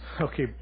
okay